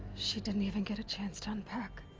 she didn't even get a chance to unpack.